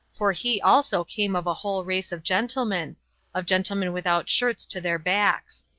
for he also came of a whole race of gentlemen of gentlemen without shirts to their backs.